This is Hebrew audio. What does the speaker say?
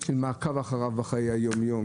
של מעקב אחריו בחיי היום-יום.